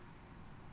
oo